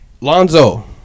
Lonzo